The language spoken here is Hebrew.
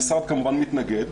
המשרד כמובן מתנגד,